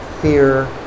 Fear